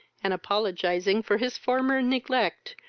and apologizing for his former neglect,